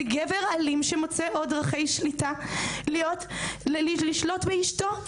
זה גבר אלים שמוצא עוד דרכי שליטה לשלוט באשתו.